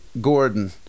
Gordon